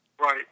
Right